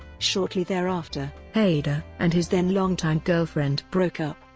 shortly thereafter, hader and his then-longtime girlfriend broke up.